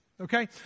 okay